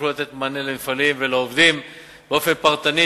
יוכלו לתת מענה למפעלים ולעובדים באופן פרטני,